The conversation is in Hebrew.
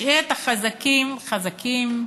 משאיר את החזקים, חזקים,